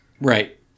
Right